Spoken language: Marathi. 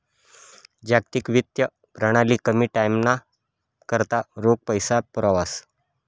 जागतिक वित्तीय प्रणाली कमी टाईमना करता रोख पैसा पुरावस